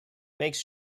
makes